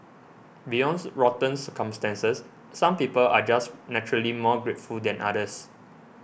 beyond rotten circumstances some people are just naturally more grateful than others